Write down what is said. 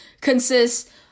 consists